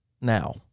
now